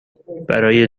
برای